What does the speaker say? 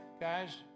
Guys